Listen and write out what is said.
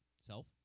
self